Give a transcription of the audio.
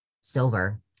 silver